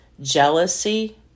jealousy